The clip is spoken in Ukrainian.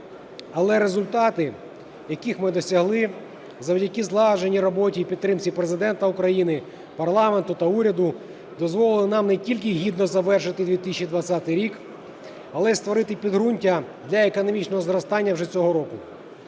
але результати, яких ми досягли завдяки злагодженій робот і підтримці Президента України, парламенту та уряду, дозволили нам не тільки гідно завершити 2020 рік, але й створити підґрунтя для економічного зростання вже цього року.